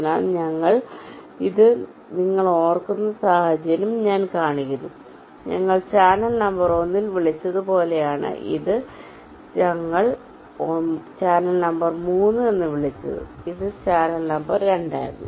അതിനാൽ ഞങ്ങൾ ഇത് നിങ്ങൾ ഓർക്കുന്ന സാഹചര്യം ഞാൻ കാണിക്കുന്നു ഞങ്ങൾ ചാനൽ നമ്പർ 1 ൽ വിളിച്ചത് പോലെയാണ് ഇത് ഞങ്ങൾ ചാനൽ നമ്പർ 3 എന്ന് വിളിച്ചത് ഇത് ചാനൽ നമ്പർ 2 ആയിരുന്നു